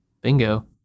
bingo